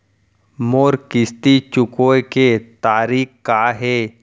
मोर किस्ती चुकोय के तारीक का हे?